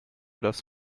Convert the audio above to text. das